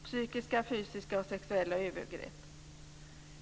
och psykiska, fysiska och sexuella övergrepp.